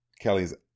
Kelly's